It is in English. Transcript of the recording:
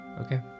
Okay